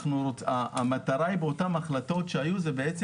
המטרה היא באותן החלטות שהיו,